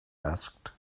asked